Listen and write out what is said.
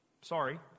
Sorry